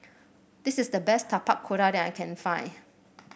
this is the best Tapak Kuda that I can find